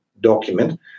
document